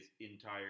entire